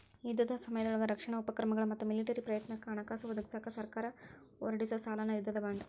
ಯುದ್ಧದ ಸಮಯದೊಳಗ ರಕ್ಷಣಾ ಉಪಕ್ರಮಗಳ ಮತ್ತ ಮಿಲಿಟರಿ ಪ್ರಯತ್ನಕ್ಕ ಹಣಕಾಸ ಒದಗಿಸಕ ಸರ್ಕಾರ ಹೊರಡಿಸೊ ಸಾಲನ ಯುದ್ಧದ ಬಾಂಡ್